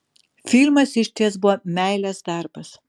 filmas išties buvo meilės darbas